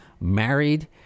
married